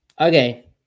okay